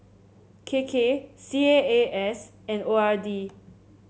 K K C A A S and O R D